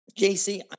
JC